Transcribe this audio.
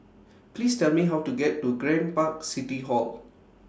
Please Tell Me How to get to Grand Park City Hall